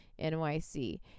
NYC